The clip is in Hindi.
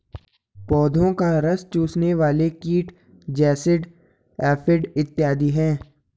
पौधों का रस चूसने वाले कीट जैसिड, एफिड इत्यादि हैं